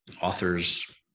author's